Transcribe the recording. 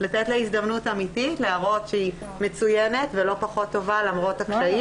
לתת לה הזדמנות אמיתית להראות שהיא מצוינת ולא פחות טובה למרות הקשיים